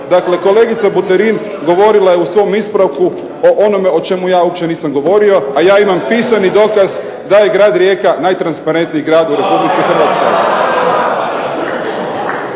Dakle, kolegica Buterin govorila je u svom ispravku o onome o čemu ja uopće nisam govorio, a ja imam pisani dokaz da je grad Rijeka najtransparentniji grad u Republici Hrvatskoj.